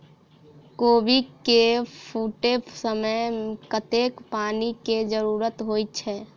कोबी केँ फूटे समय मे कतेक पानि केँ जरूरत होइ छै?